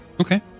okay